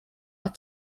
are